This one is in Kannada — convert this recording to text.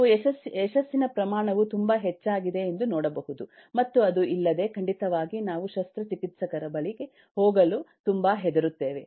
ನೀವು ಯಶಸ್ಸಿನ ಪ್ರಮಾಣವು ತುಂಬಾ ಹೆಚ್ಚಾಗಿದೆ ಎಂದು ನೋಡಬಹುದು ಮತ್ತು ಅದು ಇಲ್ಲದೆ ಖಂಡಿತವಾಗಿ ನಾವು ಶಸ್ತ್ರಚಿಕಿತ್ಸಕರ ಬಳಿ ಹೋಗಲು ತುಂಬಾ ಹೆದರುತ್ತೇವೆ